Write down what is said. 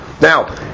Now